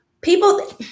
people